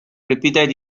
repeated